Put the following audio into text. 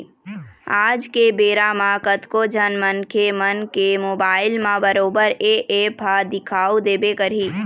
आज के बेरा म कतको झन मनखे मन के मोबाइल म बरोबर ये ऐप ह दिखउ देबे करही